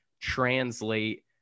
translate